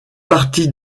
partie